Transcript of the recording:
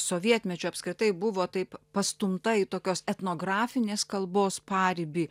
sovietmečiu apskritai buvo taip pastumta į tokios etnografinės kalbos paribį